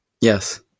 yes